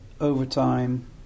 overtime